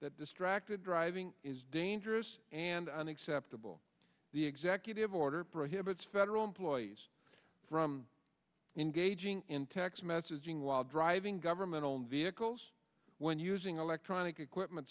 distracted driving is dangerous and unacceptable the executive order prohibits federal employees from engaging in text messaging while driving government owned vehicles when using electronic equipment